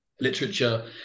literature